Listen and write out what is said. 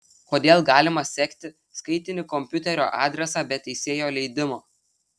kodėl galima sekti skaitinį komopiuterio adresą be teisėjo leidimo